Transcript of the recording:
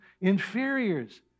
inferiors